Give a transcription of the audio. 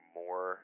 more